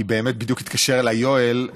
כי באמת בדיוק התקשר אליי יואל,